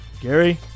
Gary